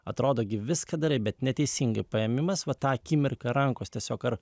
atrodo gi viską darai bet neteisingai paėmimas va tą akimirką rankos tiesiog ar